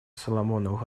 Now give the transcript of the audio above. соломоновых